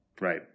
Right